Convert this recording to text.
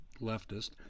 leftist